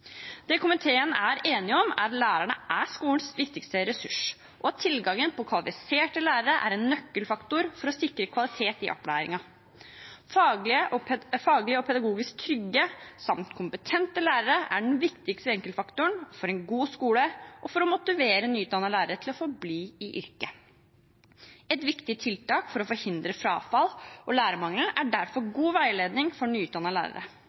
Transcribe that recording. Det komiteen er enig om, er at lærerne er skolens viktigste ressurs, og at tilgangen på kvalifiserte lærere er en nøkkelfaktor for å sikre kvalitet i opplæringen. Faglig og pedagogisk trygge samt kompetente lærere er den viktigste enkeltfaktoren for en god skole og for å motivere nyutdannede lærere til å forbli i yrket. Et viktig tiltak for å forhindre frafall og lærermangel er derfor god veiledning av nyutdannede lærere.